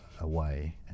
away